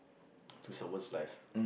to someone's life